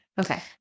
okay